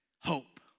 Hope